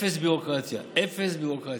אפס ביורוקרטיה, אפס ביורוקרטיה,